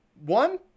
one